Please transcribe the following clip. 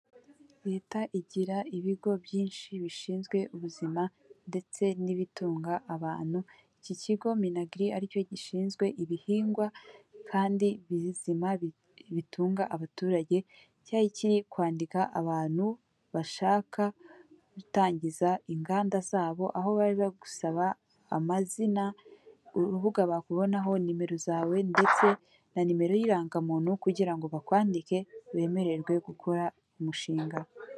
Leta igira ibigo byinshi bishinzwe ubuzima ndetse n'ibitunga abantu, iki kigo minagiri ari cyo gishinzwe ibihingwa kandi bizima bitunga abaturage, cyari kiri kwandika abantu bashaka gutangiza inganda zabo, aho bari bari gusaba amazina, urubuga bakubonaho, nimero zawe ndetse na nimero y'irangamuntu kugira ngo bakwandike, wemererwe gukora umushinga.